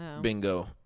Bingo